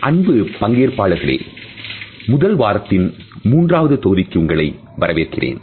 அன்பு பங்கேற்பாளர்களே முதல் வாரத்தின் மூன்றாவது தொகுதிக்கு உங்களை வரவேற்கிறேன்